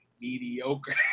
mediocre